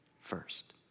first